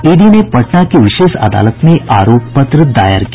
ED ने पटना की विशेष अदालत में आरोप पत्र दायर किया